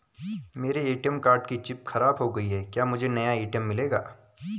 मेरे ATM card की chip खराब हो गयी है क्या मुझे नया ए.टी.एम मिलेगा?